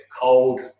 cold